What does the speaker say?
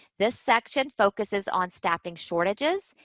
this section focuses on staffing shortages.